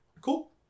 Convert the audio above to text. Cool